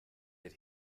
did